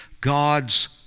God's